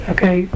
Okay